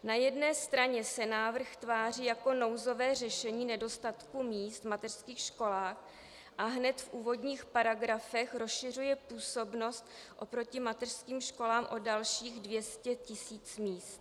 Na jedné straně se návrh tváří jako nouzové řešení nedostatku míst v mateřských školách, a hned v úvodních paragrafech rozšiřuje působnost oproti mateřským školám o dalších 200 tisíc míst.